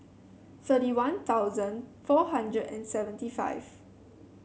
thirty One Thousand four hundred and seventy five